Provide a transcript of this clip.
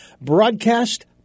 broadcast